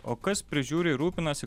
o kas prižiūri ir rūpinasi